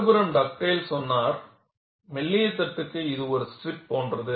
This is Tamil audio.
மறுபுறம் டக்டேல் சொன்னார் மெல்லிய தட்டுக்கு இது ஒரு ஸ்ட்ரிப் போன்றது